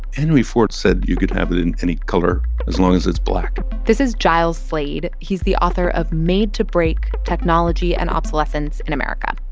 henry ford said you could have it in any color as long as it's black this is giles slade. he's the author of made to break technology and obsolescence in america.